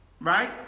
right